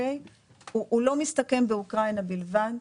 הוא לא מסתכם באוקראינה בלבד.